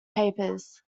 papers